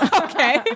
Okay